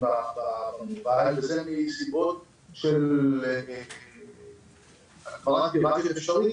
במובייל וזה מסיבות של הגברת פרטיות אפשרית,